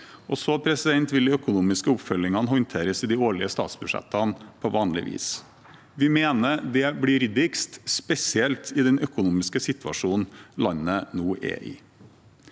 og så vil de økonomiske oppfølgingene håndteres i de årlige statsbudsjettene på vanlig vis. Vi mener det blir ryddigst, spesielt i den økonomiske situasjonen landet nå er i.